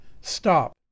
stop